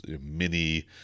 mini